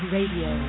Radio